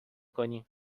کنی